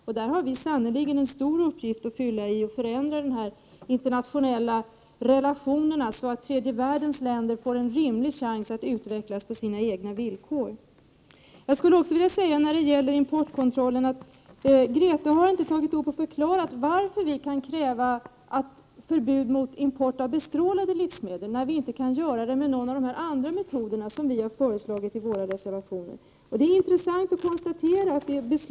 Vi har sannerligen en stor uppgift att fylla när det gäller att förändra de internationella relationerna så att tredje världens länder får en rimlig chans att utvecklas på sina egna villkor. När det gäller importkontrollen har Grethe Lundblad inte tagit upp och förklarat varför vi kan kräva ett förbud mot import av bestrålade livsmedel, när man inte — som vi har föreslagit i våra reservationer — kan förbjuda import av livsmedel producerade med andra metoder.